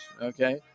Okay